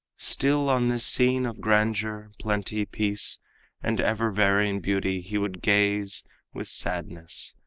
still on this scene of grandeur, plenty, peace and ever-varying beauty, he would gaze with sadness.